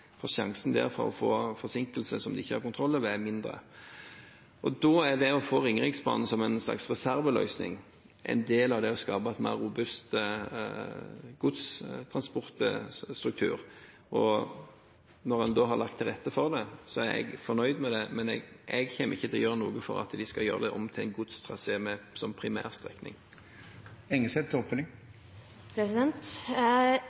for å få forsinkelser de ikke har kontroll over, er mindre. Da er det å få Ringeriksbanen som en slags reserveløsning en del av det å skape en mer robust godstransportstruktur. Når en da har lagt til rette for det, er jeg fornøyd med det, men jeg kommer ikke til å gjøre noe for at en skal gjøre det om til en godstrasé som primærstrekning.